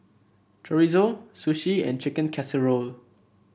Chorizo Sushi and Chicken Casserole